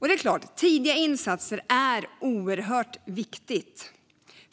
Det är oerhört viktigt med tidiga insatser.